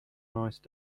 nice